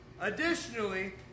Additionally